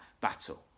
battle